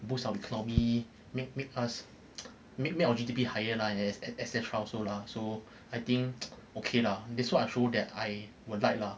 boost our economy make make us make our G_D_P higher lah and e~ etcetera also la so I think okay lah this kinda show I would like lah